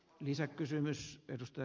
arvoisa puhemies